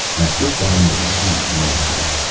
at the bottom of the sea, mostly,